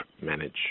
manage